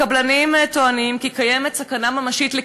הקבלנים טוענים כי קיימת סכנה ממשית של